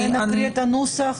אנחנו נקריא את הנוסח